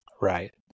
Right